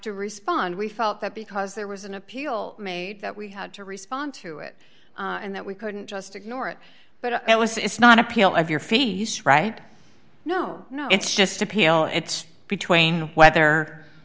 to respond we felt that because there was an appeal made that we had to respond to it and that we couldn't just ignore it but it was it's not appeal of your face right no no it's just appeal it's between whether